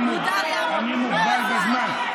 אני מוגבל בזמן.